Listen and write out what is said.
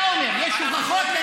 אתה אומר לא נכון.